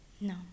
No